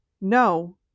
No